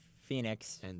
Phoenix